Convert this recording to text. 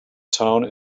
town